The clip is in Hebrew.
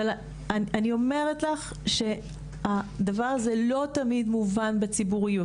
אבל אני אומרת לך שהדבר הזה לא תמיד מובן בציבוריות.